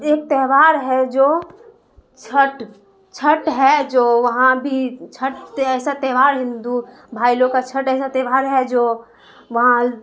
ایک تہوار ہے جو چھٹ چھٹ ہے جو وہاں بھی چھٹ تے ایسا تیوہار ہے ہندو بھائی لوگ کا چھٹ ایسا تیوہار ہے جو وہاں